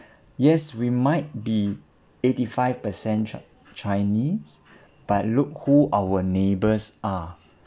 yes we might be eighty five percent chi~ chinese but look who our neighbours are